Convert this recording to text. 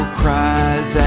cries